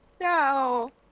No